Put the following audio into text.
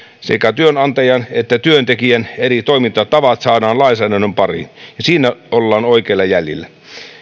sekä työnantajan että työntekijän eri toimintatavat saadaan lainsäädännön pariin ja siinä ollaan oikeilla jäljillä